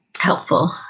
helpful